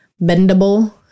bendable